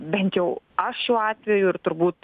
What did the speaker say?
bent jau aš šiuo atveju ir turbūt